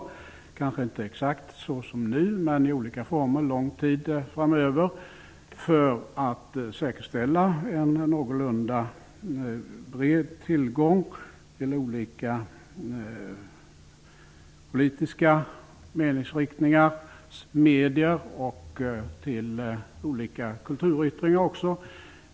Det kanske inte kommer att se ut exakt som nu, men det kommer att behövas i olika former under lång tid framöver för att vi skall kunna säkerställa en bred tillgång till olika politiska meningsriktningar, medier och till olika kulturyttringar.